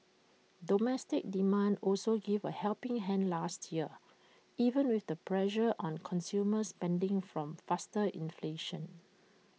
domestic demand also gave A helping hand last year even with the pressure on consumer spending from faster inflation